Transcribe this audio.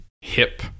hip